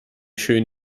schön